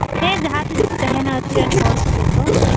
ᱦᱮᱸ ᱡᱟᱦᱟᱸ ᱛᱤᱥᱠᱩ ᱛᱟᱦᱮᱸᱱᱟ ᱟᱸᱛᱩᱨᱮᱱ ᱦᱚᱲᱠᱩ ᱡᱚᱛᱚ